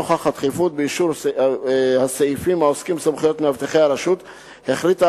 נוכח הדחיפות באישור הסעיפים העוסקים בסמכויות מאבטחי הרשות החליטה